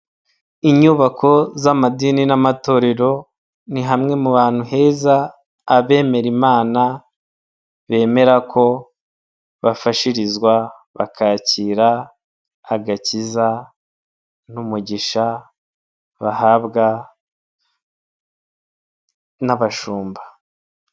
Inyubako z'amadini n'amatorero ni hamwe mu bantu heza abemera imana bemera ko bafashirizwa bakakira agakiza n'umugisha bahabwa n'abashumba.